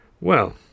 Well